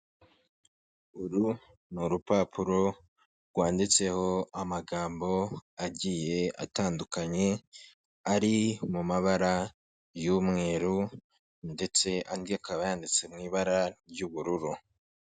Uru ni urupapuro rwanditseho amagambo agiye atandukanye, ari mu mabara y'umweru ndetse andi akaba yanditse mu ibara ry'ubururu.